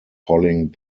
polling